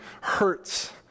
hurts